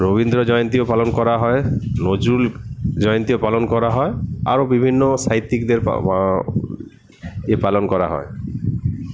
রবীন্দ্র জয়ন্তীও পালন করা হয় নজরুল জয়ন্তীও পালন করা হয় আরও বিভিন্ন সাহিত্যিকদের পালন করা হয়